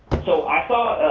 so i thought